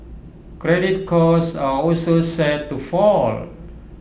credit costs are also set to fall